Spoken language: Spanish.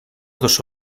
dos